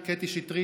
קטי שטרית,